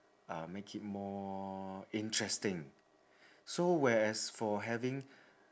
uh make it more interesting so whereas for having